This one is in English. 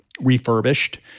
refurbished